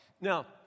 Now